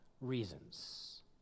reasons